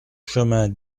chemin